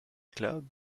club